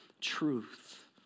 truth